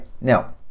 Now